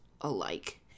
alike